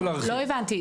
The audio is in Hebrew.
לא הבנתי,